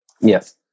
Yes